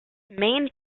main